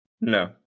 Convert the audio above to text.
No